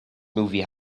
movie